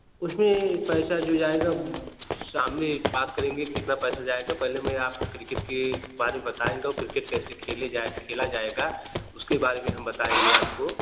उसमें पैसा जो जाएग शाम में बात करेंगे कितना पैसा जाएगा पहले मैं आपको क्रिकेट के बारे में बता देता हूँ क्रिकेट कैसे खेले जाए खेला जाएग उसके बारे में हम बताएँगे आपको